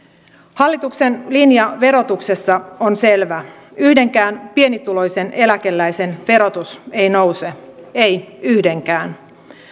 hallituksen linja verotuksessa on selvä yhdenkään pienituloisen eläkeläisen verotus ei nouse ei yhdenkään